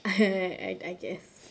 I I guess